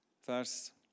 Vers